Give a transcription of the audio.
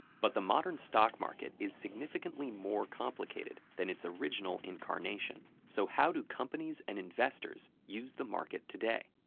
but the modern stock market is significantly more complicated than its original incarnation. so how do companies and investors use the market today?